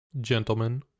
Gentlemen